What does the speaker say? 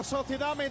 Sociedad